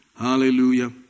Hallelujah